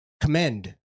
commend